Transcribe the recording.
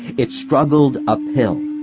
it struggled uphill,